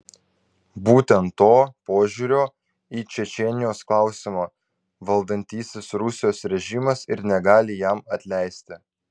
būtent to požiūrio į čečėnijos klausimą valdantysis rusijos režimas ir negali jam atleisti